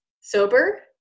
Sober